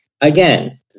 Again